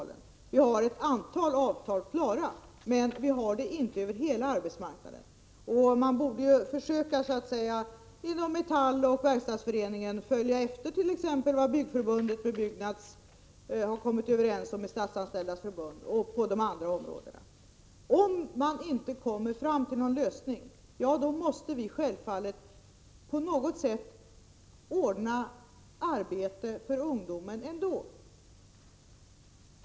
Vi har vissa avtal klara, men det gäller inte över hela arbetsmarknaden. Metall och Verkstadsföreningen borde alltså försöka följa efter vad man har kommit överens om — t.ex. mellan Byggförbundet och Byggnads — liksom när det gäller Statsanställdas förbund osv. Om man inte kommer fram till någon lösning, måste vi självfallet på något sätt ordna arbete för ungdomen ändå.